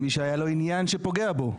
מי שהיה לו עניין שפוגע בו.